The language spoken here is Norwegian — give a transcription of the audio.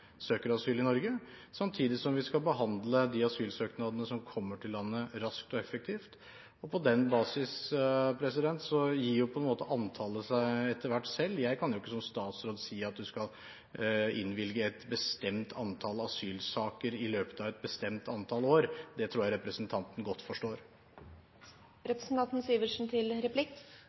søker asyl i Norge, samtidig som vi skal behandle de asylsøknadene som kommer, raskt og effektivt. På den basis gir antallet seg etter hvert selv. Jeg kan ikke som statsråd si at vi skal innvilge et bestemt antall asylsaker i løpet av et bestemt antall år. Det tror jeg representanten godt forstår.